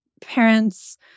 parents